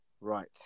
right